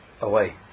away